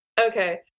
Okay